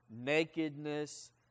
nakedness